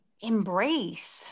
embrace